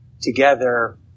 Together